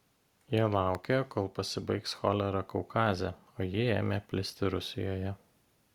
jie laukė kol pasibaigs cholera kaukaze o ji ėmė plisti rusijoje